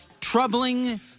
Troubling